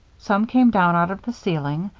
some came down out of the ceiling,